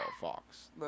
fox